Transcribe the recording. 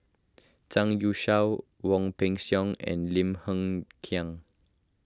Zhang Youshuo Wong Peng Soon and Lim Hng Kiang